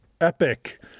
epic